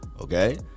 Okay